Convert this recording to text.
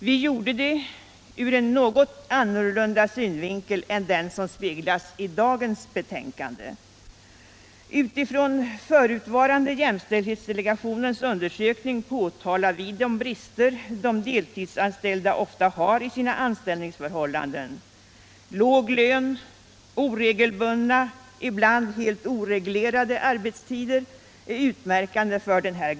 Vi gjorde det ur en något annan synvinkel än den som speglas i dagens betänkande. Utifrån förutvarande jämställdhetsdelegationens undersökning påtalade vi de brister de deltidsanställda ofta har i sina anställningsförhållanden: låg lön, oregelbundna och ibland helt oreglerade arbetstider.